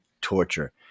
torture